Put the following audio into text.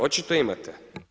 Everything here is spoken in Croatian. Očito imate.